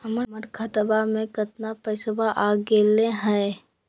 हमर खतवा में कितना पैसवा अगले हई?